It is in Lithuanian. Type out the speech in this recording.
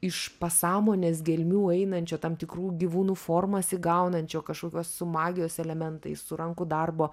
iš pasąmonės gelmių einančio tam tikrų gyvūnų formas įgaunančio kažkokios su magijos elementai su rankų darbo